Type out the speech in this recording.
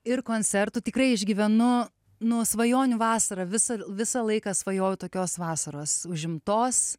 ir koncertų tikrai išgyvenu nuo svajonių vasarą visą visą laiką svajoju tokios vasaros užimtos